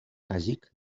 kazik